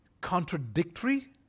contradictory